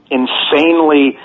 insanely